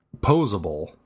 posable